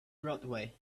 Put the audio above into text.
broadway